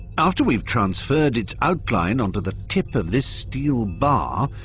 after we've transferred its outline onto the tip of this steel bar,